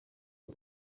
ubu